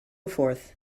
forth